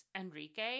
Enrique